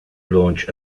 launch